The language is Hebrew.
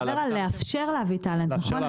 אתה מדבר על לאפשר להביא טאלנט, נכון?